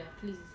please